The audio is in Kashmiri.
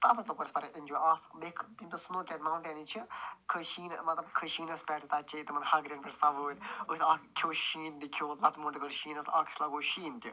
تَتھ منٛز تہٕ کوٚر اسہِ ایٚنجواے اَکھ بیٚیہِ مونٛٹینٕز چھِ کھٔتۍ شیٖنَس مطلب کھٔتۍ شیٖنَس پٮ۪ٹھ تَتہِ چیٚے تِمَن ہَگریٚن پٮ۪ٹھ سَوٲرۍ ٲسۍ اَکھ کھوٚو شیٖن بیٚیہِ کھیٛو اَکھ أکِس لَگوو اسہِ شیٖن تہِ